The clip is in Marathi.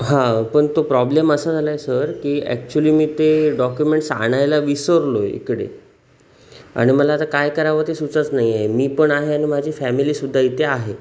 हां पण तो प्रॉब्लेम असा झाला आहे सर की ॲक्च्युली मी ते डॉक्युमेंट्स आणायला विसरलो आहे इकडे आणि मला आता काय करावं ते सुचत नाही आहे मी पण आहे आणि माझी फॅमिली सुद्धा इथे आहे